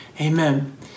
Amen